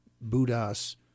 Buddhas